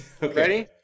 Ready